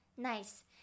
Nice